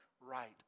right